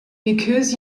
because